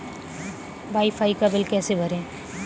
Wi fi का bill कैसे भरें?